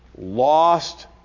lost